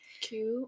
Cute